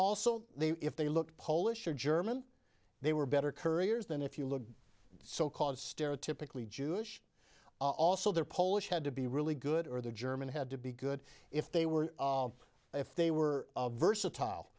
also they if they looked polish or german they were better couriers than if you look so called stereotypically jewish also they're polish had to be really good or the german had to be good if they were if they were versatile